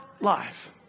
life